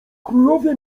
królowie